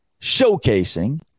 showcasing